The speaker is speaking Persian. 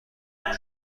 همه